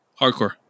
Hardcore